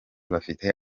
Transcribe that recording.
bafite